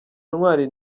ntwari